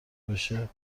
بشه